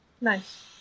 Nice